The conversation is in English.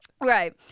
Right